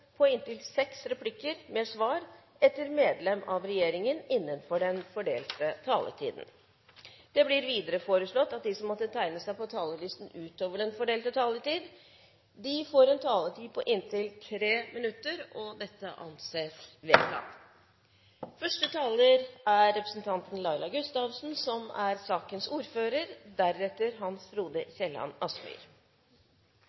på inntil seks replikker med svar etter innlegg fra medlem av regjeringen innenfor den fordelte taletid. Det blir videre foreslått at de som måtte tegne seg på talerlisten utover den fordelte taletid, får en taletid på inntil 3 minutter. – Dette anses vedtatt. Det nordiske samarbeidet er